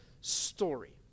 story